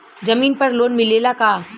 जमीन पर लोन मिलेला का?